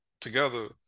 together